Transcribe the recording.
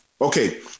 Okay